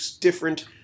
different